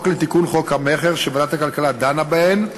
לתיקון חוק המכר שוועדת הכלכלה דנה בהן,